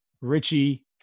Richie